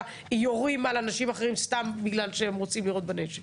יורים על אנשים אחרים סתם בגלל שהם רוצים לירות בנשק.